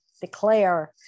declare